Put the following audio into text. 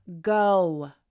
go